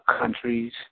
countries